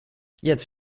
jetzt